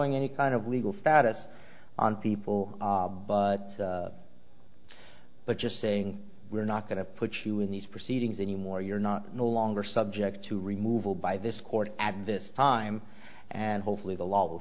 restoring any kind of legal status on people but but just saying we're not going to put you in these proceedings anymore you're not no longer subject to removal by this court at this time and hopefully the law will